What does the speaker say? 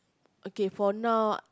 okay for now